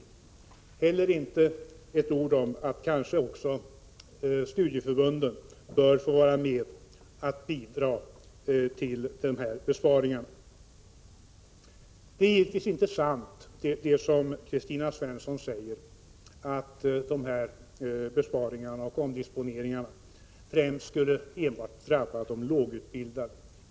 Inte heller säger de något om att studieförbunden kanske också borde vara med och bidra till besparingar. Det är givetvis inte sant, det som Kristina Svensson säger, att dessa besparingar och omdisponeringar främst skulle drabba de lågutbildade.